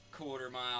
quarter-mile